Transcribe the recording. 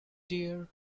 dear